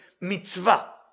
mitzvah